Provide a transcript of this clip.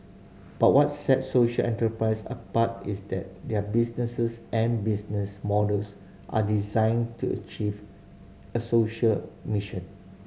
but what sets social enterprise apart is that their businesses and business models are designed to achieve a social mission